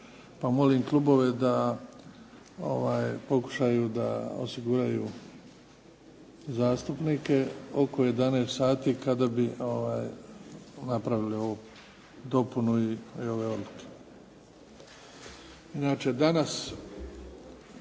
molim klubove da pokušaju da osiguraju zastupnike oko 11 sati kada bi napravili ovu dopunu i ove odluke.